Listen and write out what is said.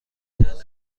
چند